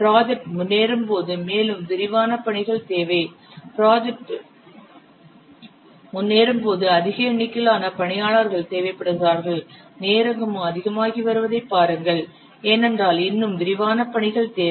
project முன்னேறும்போது மேலும் விரிவான பணிகள் தேவை ப்ராஜெக்ட் முன்னேறும்போது அதிக எண்ணிக்கையிலான பணியாளர்கள் தேவைப்படுகிறார்கள்நேரமும் அதிகமாகி வருவதைப் பாருங்கள் ஏனென்றால் இன்னும் விரிவான பணிகள் தேவை